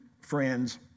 friends